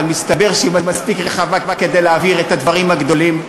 אבל מסתבר שהיא מספיק רחבה כדי להעביר את הדברים הגדולים.